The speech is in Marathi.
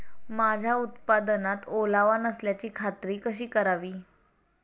माझ्या उत्पादनात ओलावा नसल्याची खात्री कशी करावी?